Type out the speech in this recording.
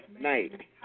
night